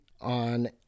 on